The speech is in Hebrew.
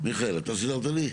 --- מיכאל אתה סידרת לי?